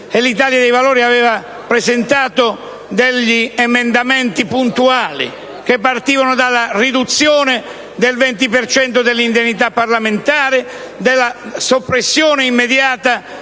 L'Italia dei Valori aveva presentato degli emendamenti puntuali che partivano dalla riduzione del 20 per cento dell'indennità parlamentare, dalla soppressione immediata